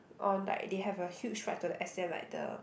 on like they have a huge fight to the extend like the